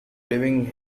living